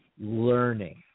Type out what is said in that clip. learning